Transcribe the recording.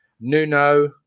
Nuno